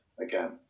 again